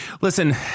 Listen